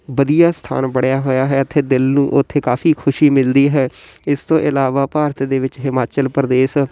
ਵਧੀਆ ਸਥਾਨ ਬਣਿਆ ਹੋਇਆ ਹੈ ਇੱਥੇ ਦਿਲ ਨੂੰ ਉੱਥੇ ਕਾਫੀ ਖੁਸ਼ੀ ਮਿਲਦੀ ਹੈ ਇਸ ਤੋਂ ਇਲਾਵਾ ਭਾਰਤ ਦੇ ਵਿੱਚ ਹਿਮਾਚਲ ਪ੍ਰਦੇਸ਼